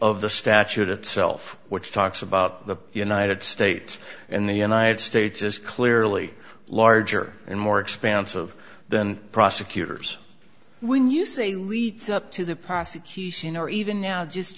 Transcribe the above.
of the statute itself which talks about the united states and the united states is clearly larger and more expansive than prosecutors when you you say leads up to the prosecution or even now just